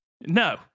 No